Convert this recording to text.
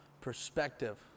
perspective